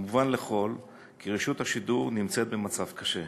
מובן לכול כי רשות השידור נמצאת במצב קשה.